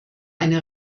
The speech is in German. eine